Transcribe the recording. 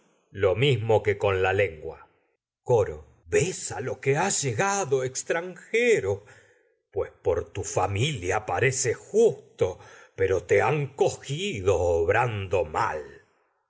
lo mismo que la lengua coro ves a lo que has llegado pero extranjero pues por tu familia pareces justo te han cogido obran do mal